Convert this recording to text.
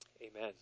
Amen